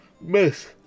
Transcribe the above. miss